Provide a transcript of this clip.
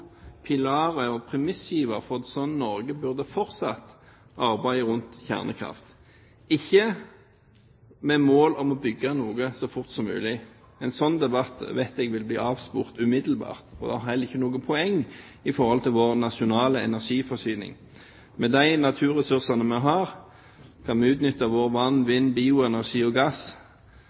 pilar og premissgiver for slik Norge burde fortsatt arbeidet med kjernekraft – ikke med mål om å bygge noe så fort som mulig, en slik debatt vet jeg ville bli avsporet umiddelbart. Og det er heller ikke noe poeng med hensyn til vår nasjonale energiforsyning. Med de naturressursene vi har, kan vi utnytte vann, vind, bioenergi og gass